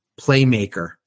playmaker